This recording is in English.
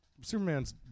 Superman's